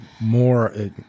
more